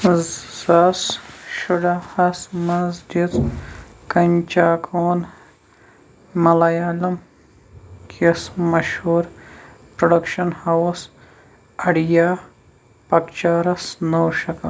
زٕ ساس شُراہَس ہَس منٛز دِژ کنچاکوَن ملیالم کِس مشہوٗر پروڈکشن ہاوُس ، اڈیا پکچرس نٔو شکٕل